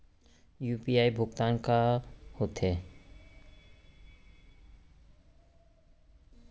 UPI भुगतान का होथे?